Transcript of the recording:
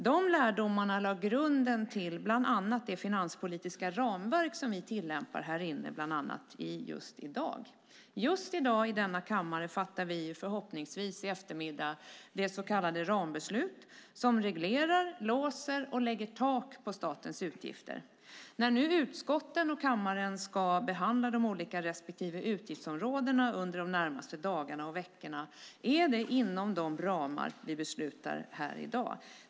De lärdomarna lade grunden till bland annat det finanspolitiska ramverk som vi tillämpar här inne, till exempel just i dag. I denna kammare fattar vi förhoppningsvis i eftermiddag det så kallade rambeslutet, som reglerar, låser och lägger tak på statens utgifter. När utskotten och kammaren ska behandla de olika respektive utgiftsområdena under de närmaste dagarna och veckorna är det inom de ramar vi beslutar om här i dag.